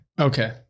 Okay